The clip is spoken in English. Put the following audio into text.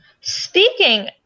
speaking